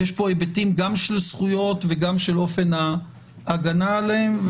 יש פה היבטים גם של זכויות וגם של אופן ההגנה עליהן,